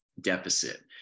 deficit